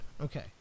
Okay